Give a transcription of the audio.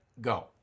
go